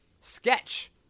sketch